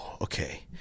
okay